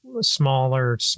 smaller